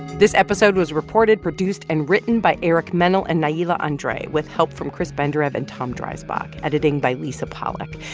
this episode was reported, produced and written by eric mennel and nailah andre, with help from chris benderev and tom dreisbach. editing by lisa pollak.